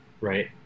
right